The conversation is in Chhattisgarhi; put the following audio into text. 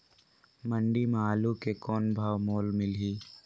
मंडी म आलू के कौन भाव मोल मिलही?